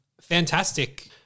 fantastic